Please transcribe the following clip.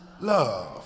love